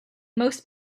most